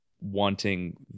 wanting